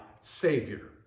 Savior